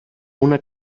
una